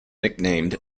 nicknamed